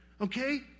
Okay